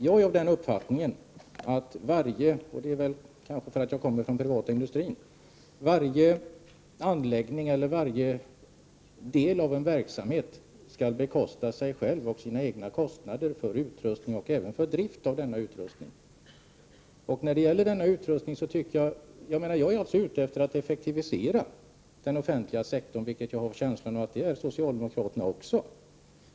Jag är av den uppfattningen — kanske därför att jag kommer från den privata industrin — att varje anläggning eller del av en verksamhet skall bekosta sina egna kostnader för utrustning och även för drift. Jag är ute efter att effektivisera den offentliga sektorn, och jag har en känsla av att socialdemokraterna också är det.